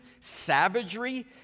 savagery